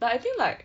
but I think like